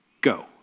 go